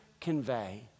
convey